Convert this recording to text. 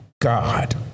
God